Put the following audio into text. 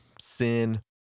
sin